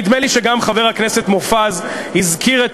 נדמה לי שגם חבר הכנסת מופז הזכיר את